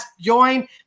join